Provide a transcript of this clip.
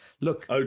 Look